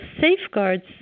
safeguards